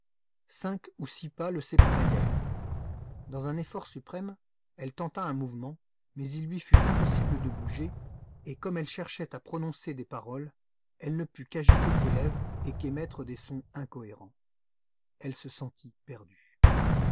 cinq ou six pas le séparaient d'elle dans un effort suprême elle tenta un mouvement mais il lui fut impossible de bouger et comme elle cherchait à prononcer des paroles elle ne put qu'agiter ses lèvres et qu'émettre des sons incohérents elle se sentit perdue